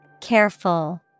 Careful